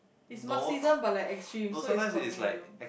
it's marxism but like extreme so is communism